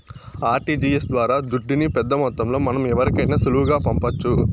RTGS ద్వారా దుడ్డుని పెద్దమొత్తంలో మనం ఎవరికైనా సులువుగా పంపొచ్చు